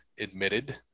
admitted